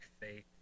faith